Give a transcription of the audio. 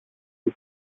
σου